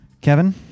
Kevin